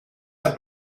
her